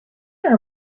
are